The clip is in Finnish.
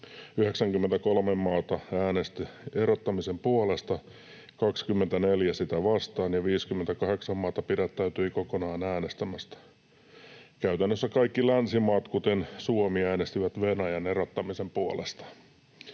93 maata äänesti erottamisen puolesta, 24 sitä vastaan ja 58 maata pidättäytyi kokonaan äänestämästä. Käytännössä kaikki länsimaat, kuten Suomi, äänestivät Venäjän erottamisen puolesta.